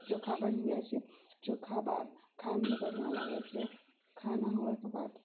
उ चोखा बनि जाइ छै चोखा भात खायमे बढ़िआँ लागय छै खाना होयके बाद